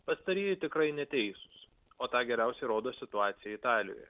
pastarieji tikrai neteisūs o tą geriausiai rodo situacija italijoje